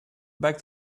back